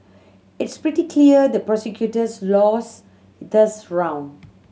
it's pretty clear the prosecutors lost this round